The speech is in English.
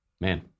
Man